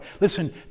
Listen